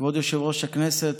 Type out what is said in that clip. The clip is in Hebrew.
כבוד יושב-ראש הכנסת,